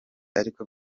ariko